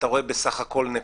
אתה רואה בסך הכול נקודות.